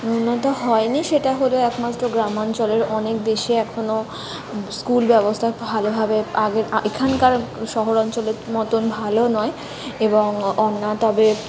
উন্নত হয়নি সেটা হল একমাত্র গ্রামাঞ্চলের অনেক দেশে এখনও স্কুল ব্যবস্থা ভালোভাবে আগের এখানকার শহরাঞ্চলের মতন ভালো নয় এবং ও তবে